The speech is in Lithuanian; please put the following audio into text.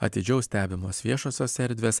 atidžiau stebimos viešosios erdvės